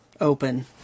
open